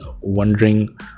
wondering